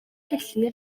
gellir